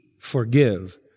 forgive